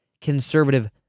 conservative